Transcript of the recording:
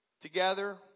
together